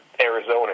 Arizona